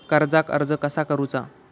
कर्जाक अर्ज कसा करुचा?